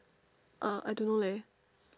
uh I don't know leh